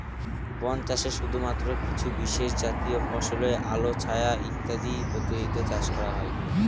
বন চাষে শুধুমাত্র কিছু বিশেষজাতীয় ফসলই আলো ছায়া ইত্যাদি পদ্ধতিতে চাষ করা হয়